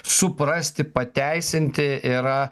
suprasti pateisinti yra